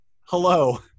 hello